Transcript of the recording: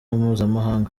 mpuzamahanga